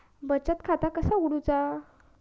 बचत खाता कसा उघडूचा?